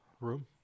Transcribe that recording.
room